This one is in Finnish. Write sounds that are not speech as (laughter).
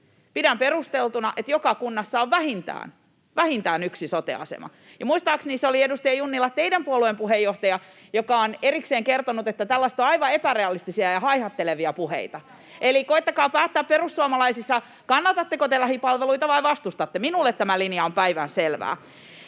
Pidän perusteltuna, että joka kunnassa on vähintään — vähintään — yksi sote-asema. Ja muistaakseni se oli, edustaja Junilla, teidän puolueenne puheenjohtaja, joka on erikseen kertonut, että tällaiset ovat aivan epärealistisia ja haihattelevia puheita. (noise) Eli koettakaa perussuomalaisissa päättää, kannatatteko te lähipalveluita vai vastustatteko. Minulle tämä linja on päivänselvä,